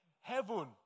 Heaven